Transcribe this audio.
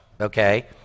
okay